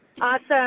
awesome